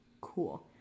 Cool